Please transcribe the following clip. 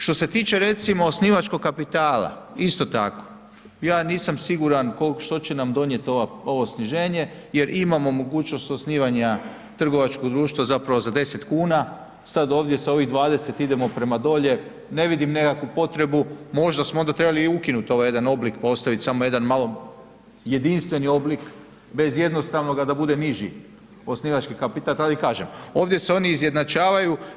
Što se tiče recimo osnivačkog kapitala, isto tako ja nisam siguran što će nam donijet ovo sniženje jer imamo mogućnost osnivanja trgovačkog društva zapravo za 10 kuna sad ovdje sa ovih 20 idemo prema dolje, ne vidim nekakvu potrebu možda smo onda treba i ukinut ovaj jedan oblik, pa ostavit samo jedan malo jedinstveni oblik, bez jednostavnoga da bude niži osnivački kapital, pa i kažem ovdje se oni izjednačavaju.